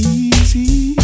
easy